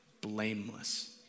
blameless